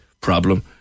problem